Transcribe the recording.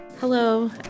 Hello